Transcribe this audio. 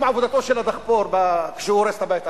עבודתו של הדחפור כשהוא הורס את הבית הערבי.